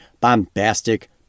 bombastic